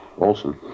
Olson